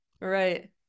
Right